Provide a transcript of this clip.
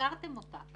סגרתם אותה.